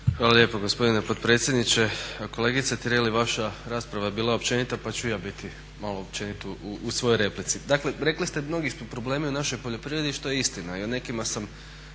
Hvala lijepa gospodine potpredsjedniče. Pa kolegice Tireli vaša rasprava je bila općenita pa ću i ja biti malo općenit u svojoj replici. Dakle, rekli ste mnogi su problemi u našoj poljoprivredi, što je istina.